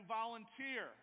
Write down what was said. volunteer